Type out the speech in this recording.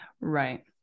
Right